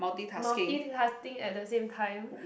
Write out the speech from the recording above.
multitasking at the same time